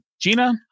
Gina